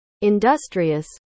industrious